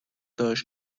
داشت